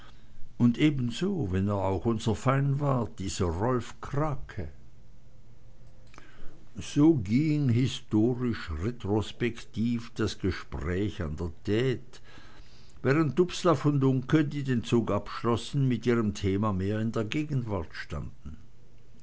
und ebenso wenn er auch unser feind war dieser rolf krake so ging historisch retrospektiv das gespräch an der tte während dubslav und uncke die den zug abschlossen mit ihrem thema mehr in der gegenwart standen